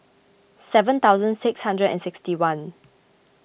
seven thousand six hundred and sixty one